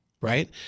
right